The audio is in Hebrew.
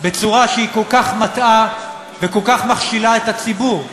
בצורה שהיא כל כך מטעה וכל כך מכשילה את הציבור?